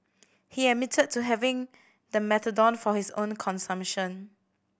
he admitted to having the methadone for his own consumption